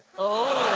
oh,